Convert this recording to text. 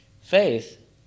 Faith